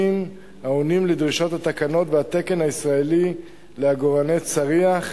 העונים על דרישות התקנות והתקן הישראלי לעגורני צריח,